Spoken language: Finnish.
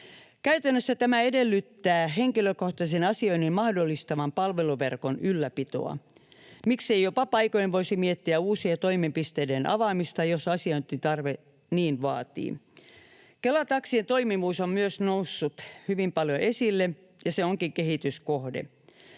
Käytännössä tämä edellyttää henkilökohtaisen asioinnin mahdollistavan palveluverkon ylläpitoa. Miksei jopa paikoin voisi miettiä uusien toimipisteiden avaamista, jos asiointitarve niin vaatii. Kela-taksien toimivuus on myös noussut hyvin paljon esille, ja se onkin kehityskohde.